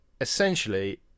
essentially